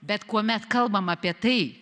bet kuomet kalbam apie tai